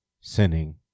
sinning